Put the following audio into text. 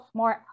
more